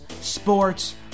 sports